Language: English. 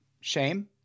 shame